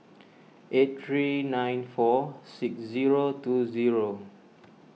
eight three nine four six zero two zero